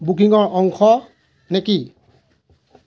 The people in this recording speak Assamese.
বুকিঙৰ অংশ নেকি